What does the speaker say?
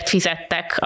fizettek